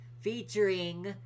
featuring